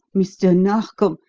mr. narkom,